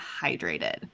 hydrated